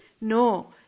No